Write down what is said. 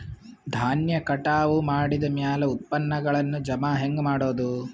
ಧಾನ್ಯ ಕಟಾವು ಮಾಡಿದ ಮ್ಯಾಲೆ ಉತ್ಪನ್ನಗಳನ್ನು ಜಮಾ ಹೆಂಗ ಮಾಡೋದು?